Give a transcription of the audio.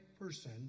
person